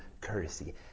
courtesy